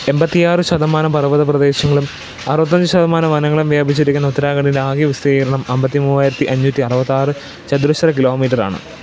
എൺപത്തി ആറ് ശതമാനം പര്വ്വതപ്രദേശങ്ങളും അറുപത്തി അഞ്ച് ശതമാനം വനങ്ങളും വ്യാപിച്ചിരിക്കുന്ന ഉത്തരാഖണ്ഡിന്റെ ആകെ വിസ്തീർണ്ണം അൻപത്തി മൂവായിരത്തി അഞ്ഞൂറ്റി അറുപത്താറ് ചതുരശ്ര കിലോമീറ്ററാണ്